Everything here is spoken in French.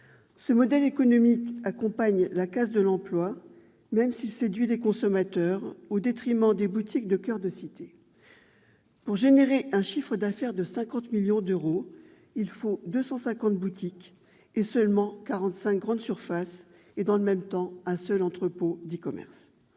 Ce modèle économique accompagne la casse de l'emploi, même s'il séduit les consommateurs, au détriment des boutiques de coeurs de cité. Pour réaliser un chiffre d'affaires de 50 millions d'euros, il faut 250 boutiques, seulement 45 grandes surfaces et un seul entrepôt d'e-commerce.